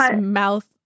mouth